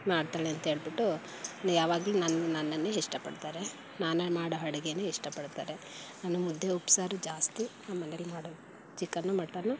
ಮಾಡ್ತಾಳೆ ಅಂಥೇಳಿಬಿಟ್ಟು ಯಾವಾಗಲೂ ನನ್ನ ನನ್ನನ್ನೇ ಇಷ್ಟಪಡ್ತಾರೆ ನಾನೇ ಮಾಡೋ ಅಡುಗೆನೇ ಇಷ್ಟಪಡ್ತಾರೆ ನಾನು ಮುದ್ದೆ ಉಪ್ಸಾರು ಜಾಸ್ತಿ ನಮ್ಮನೆಯಲ್ಲಿ ಮಾಡೋದು ಚಿಕನ್ನು ಮಟನ್ನು